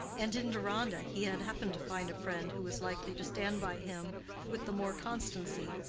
and in deronda he had happened to find a friend who was likely to stand by him with the more constancy,